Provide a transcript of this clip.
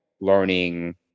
learning